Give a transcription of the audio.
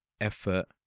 effort